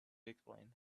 explain